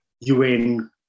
UN